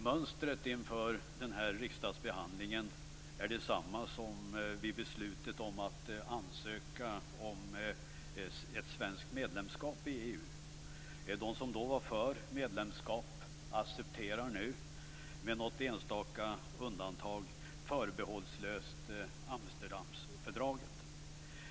Mönstret inför den här riksdagsbehandlingen är detsamma som vid beslutet om att ansöka om ett svenskt medlemskap i EU. De som då var för medlemskap accepterar nu med något enstaka undantag förbehållslöst Amsterdamfördraget.